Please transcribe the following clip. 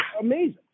amazing